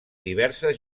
diverses